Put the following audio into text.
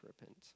repent